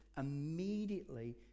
immediately